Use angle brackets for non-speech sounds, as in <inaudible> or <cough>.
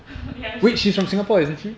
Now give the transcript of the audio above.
<laughs> ya she